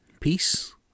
peace